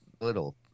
Little